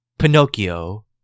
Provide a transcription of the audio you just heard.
Pinocchio